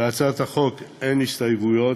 להצעת החוק אין הסתייגויות,